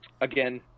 Again